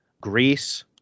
Greece